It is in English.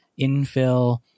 infill